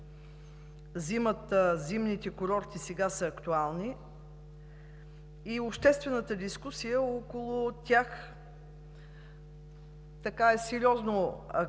зимните курорти сега са актуални, и обществената дискусия около тях е сериозно активна.